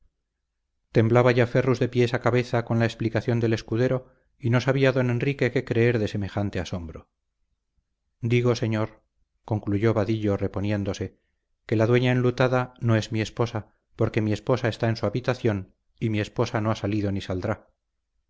temblaba ya ferrus de pies a cabeza con la explicación del escudero y no sabía don enrique qué creer de semejante asombro digo señor concluyó vadillo reponiéndose que la dueña enlutada no es mi esposa porque mi esposa está en su habitación y mi esposa no ha salido ni saldrá